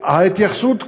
ההתייחסות לדיור,